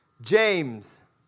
James